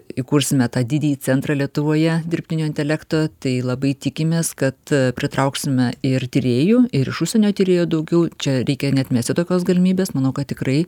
įkursime tą didįjį centrą lietuvoje dirbtinio intelekto tai labai tikimės kad pritrauksime ir tyrėjų ir iš užsienio tyrėjų daugiau čia reikia neatmesti tokios galimybės manau kad tikrai